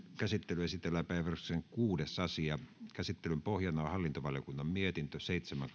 käsittelyyn esitellään päiväjärjestyksen kuudes asia käsittelyn pohjana on hallintovaliokunnan mietintö seitsemän